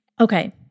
Okay